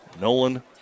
Nolan